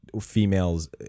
females